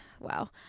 wow